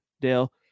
Dale